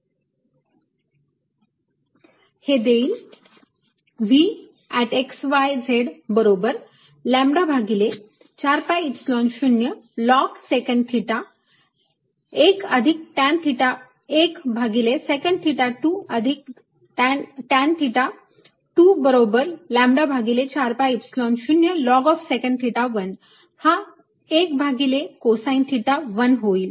L→∞ 1yL2tan 1yL2tan 2y L2 हे देईल V xyz बरोबर लॅम्बडा भागिले 4 pi Epsilon 0 log secant theta 1 अधिक टॅंन थिटा 1 भागिले सेकन्ट थिटा 2 अधिक टॅंन थिटा 2 बरोबर लॅम्बडा भागिले 4 pi Epsilon 0 log of secant theta 1 हा 1 भागिले कोसाईंन थिटा 1 होईल